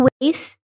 ways